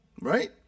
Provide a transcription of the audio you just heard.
right